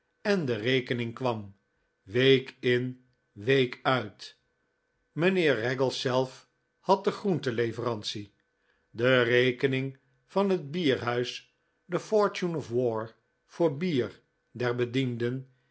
en de rekening kwam week in week uit mijnheer raggles zelf had de groentenleverantie de rekening van het bierhuis the fortune of war voor bier der bedienden